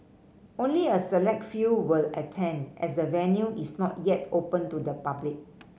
only a select few will attend as the venue is not yet open to the public